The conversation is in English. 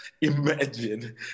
imagine